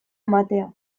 ematea